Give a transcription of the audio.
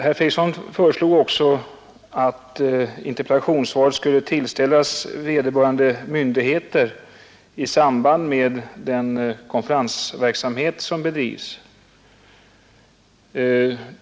Herr Fredriksson föreslog att interpellationssvaret skulle tillställas vederbörande myndigheter i samband med den konferensverksamhet som bedrivs.